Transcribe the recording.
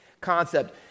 concept